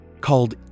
called